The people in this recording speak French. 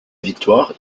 victoire